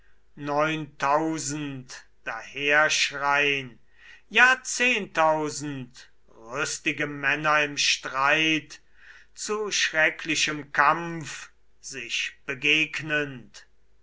neuntausend daherschrein ja zehntausend rüstige männer im streit zu schrecklichem kampf sich begegnend